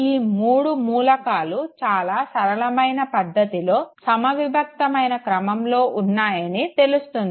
ఈ మూడు మూలకాలు చాలా సరళమైన పద్దతిలో సమవిభక్తమైన క్రమంలో ఉన్నాయని తెలుస్తుంది